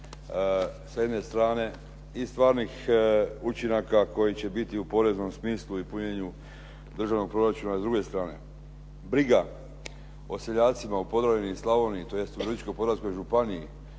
S jedne strane i stvarnih učinaka koji će biti u poreznom smislu i punjenju državnog proračuna, s druge strane briga o seljacima u Podravini i Slavoniji, tj. Virovitičko-podravskoj županiji